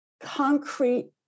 concrete